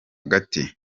gati